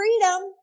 freedom